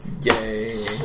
Yay